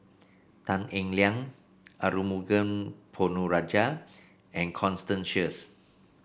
Tan Eng Liang Arumugam Ponnu Rajah and Constance Sheares